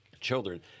children